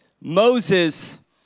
Moses